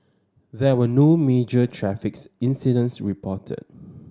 there were no major traffic incidents reported